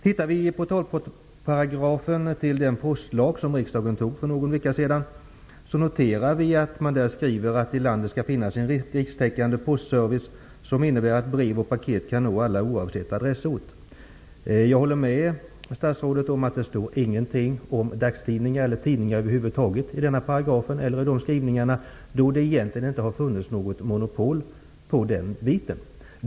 Om man läser portalparagrafen till den postlag som riksdagen för någon vecka sedan fattade beslut om, kan man notera att det står skrivet att det i landet skall finnas en rikstäckande postservice som innebär att brev och paket skall nå alla oavsett adressort. Jag håller med statsrådet om att det inte står någonting skrivet om dagstidningar eller om tidningar över huvud taget i denna paragraf, eftersom det inte funnits något egentligt monopol i det avseendet.